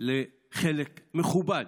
לחלק מכובד